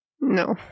No